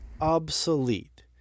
obsolete